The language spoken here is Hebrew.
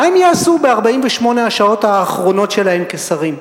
מה הם יעשו ב-48 השעות האחרונות שלהם כשרים?